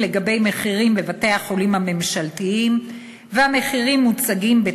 נקבעים בהתאם למכרזים שמפרסמים בתי-החולים ונמצאים באחריותם של